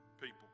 people